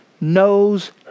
knows